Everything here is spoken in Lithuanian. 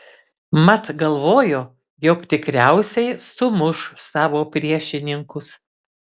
mat galvojo jog tikriausiai sumuš savo priešininkus